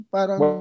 Parang